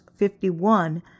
51